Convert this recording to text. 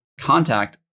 contact